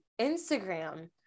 Instagram